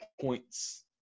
points